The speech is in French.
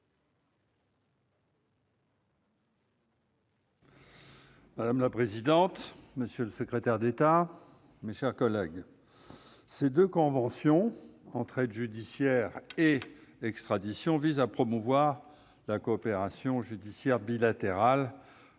Madame la présidente, monsieur le secrétaire d'État, mes chers collègues, ces deux conventions d'entraide judiciaire et d'extradition visent à promouvoir une coopération judiciaire bilatérale